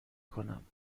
کنم